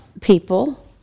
people